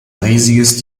riesiges